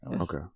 okay